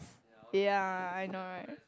ya I know right